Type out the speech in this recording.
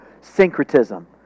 syncretism